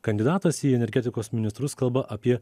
kandidatas į energetikos ministrus kalba apie